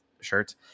shirts